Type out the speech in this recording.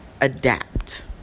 adapt